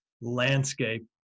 landscape